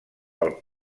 pel